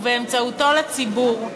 ובאמצעותו לציבור,